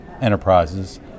enterprises